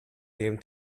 him